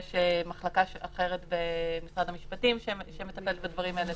יש מחלקה אחרת במשרד המשפטים שמטפלת בדברים האלה